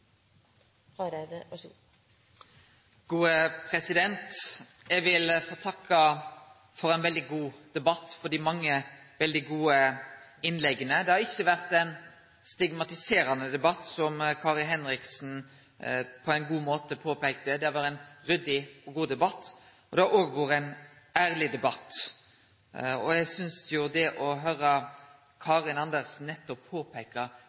av det. Så jeg håper dere kan komme raskere etter også med de andre forslagene! Eg vil få takke for ein veldig god debatt, for dei mange veldig gode innlegga. Det har ikkje vore ein stigmatiserande debatt, som Kari Henriksen på ein god måte påpeikte. Det har vore ein ryddig og god debatt, og det har òg vore ein ærleg debatt. Eg synest det Karin Andersen nettopp